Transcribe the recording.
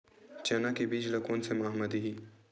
चना के बीज ल कोन से माह म दीही?